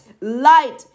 light